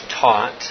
taught